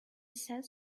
says